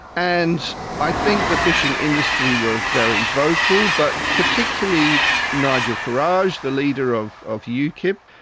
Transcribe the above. and i think the fishing industry were very vocal, but particularly nigel farage, the leader of of ukip,